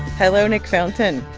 hello, nick fountain.